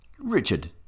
Richard